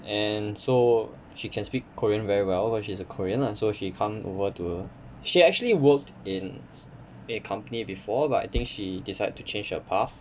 and so she can speak korean very well cause she's a korean lah so she come over to she actually worked in a company before but I think she decide to change her path